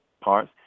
parts